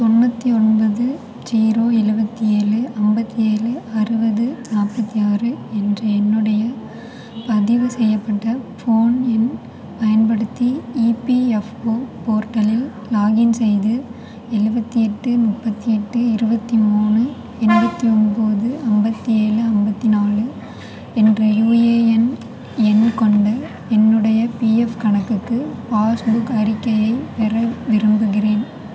தொண்ணூற்றி ஒன்பது ஜீரோ எழுவத்தி ஏழு ஐம்பத்தி ஏழு அறுபது நாற்பத்தி ஆறு என்ற என்னுடைய பதிவு செய்யப்பட்ட ஃபோன் எண் பயன்படுத்தி இபிஎஃப்ஓ போர்ட்டலில் லாகின் செய்து எழுவத்தி எட்டு முப்பத்தி எட்டு இருபத்தி மூணு எண்பத்தி ஒம்போது ஐம்பத்தி ஏழு ஐம்பத்தி நாலு என்ற யுஏஎன் எண் கொண்ட என்னுடைய பிஎஃப் கணக்குக்கு பாஸ்புக் அறிக்கையை பெற விரும்புகிறேன்